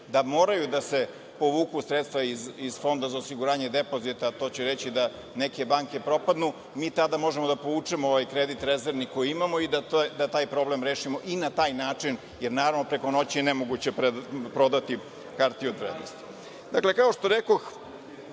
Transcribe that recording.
da moraju da se povuku sredstva iz Fonda za osiguranje depozita, to će reći da neke banke propadnu, mi tada možemo da povučemo ovaj kredit rezervni koji imamo i da taj problem rešimo i na taj način, jer naravno preko noći je nemoguće prodati hartije od vrednosti. Dakle, kao što rekoh,